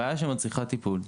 בעיה שמצריכה טיפול.